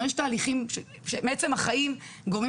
כלומר יש תהליכים שמעצם החיים גורמים